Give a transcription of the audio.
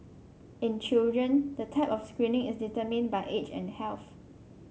in children the type of screening is determined by age and health